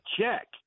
check